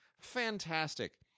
Fantastic